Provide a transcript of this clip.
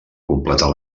completar